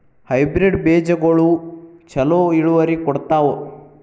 Hybrid ಬೇಜಗೊಳು ಛಲೋ ಇಳುವರಿ ಕೊಡ್ತಾವ?